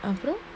அப்புறம்:apuram